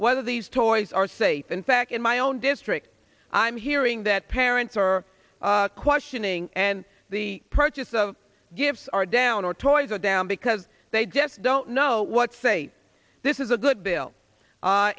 whether these toys are safe in fact in my own district i'm hearing that parents are questioning and the purchase of gifts are down or toys are down because they just don't know what fate this is a good bill